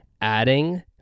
Adding